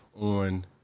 on